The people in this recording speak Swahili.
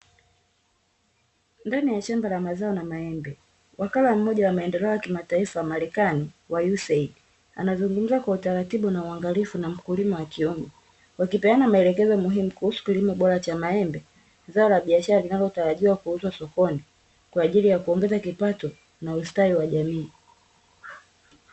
Ndani ya shamba la mazao la maembe, wakala mmoja wa maendeleo ya kimataifa wa marekani wa USAID, anazungumza kwa utaratibu na uangalifu na mkulima wa kiume. Wakipeana maelekezo muhimu kuhusu kilimo bora cha maembe, zao la biashara linalotarajiwa kuuzwa sokoni, kwa ajili ya kuongeza kipato na ustawi wa jamii.